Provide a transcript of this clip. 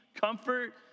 comfort